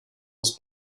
aus